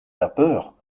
vapeurs